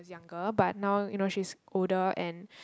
was younger but now you know she's older and